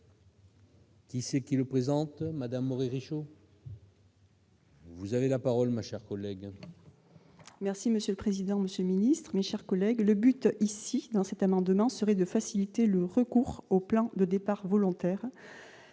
Qui c'est qui le présente Madame Richaud. Vous avez la parole, ma chère collègue. Merci monsieur le président, Monsieur le Ministre, mes chers collègues, le but ici dans cet amendement serait de faciliter le recours au plan de départs volontaires,